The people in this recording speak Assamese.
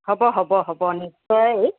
হ'ব হ'ব হ'ব নিশ্চয়